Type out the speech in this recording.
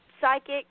psychic